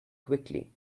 quickly